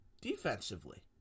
defensively